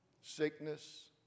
sickness